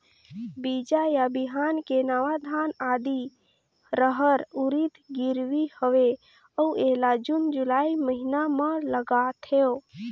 बीजा या बिहान के नवा धान, आदी, रहर, उरीद गिरवी हवे अउ एला जून जुलाई महीना म लगाथेव?